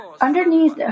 Underneath